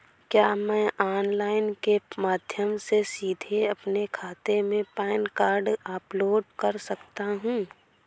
क्या मैं ऑनलाइन के माध्यम से सीधे अपने खाते में पैन कार्ड अपलोड कर सकता हूँ?